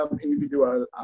individual